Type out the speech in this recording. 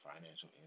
financial